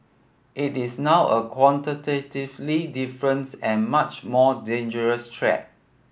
it is now a qualitatively difference and much more dangerous threat